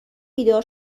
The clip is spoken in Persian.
بیدار